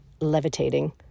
levitating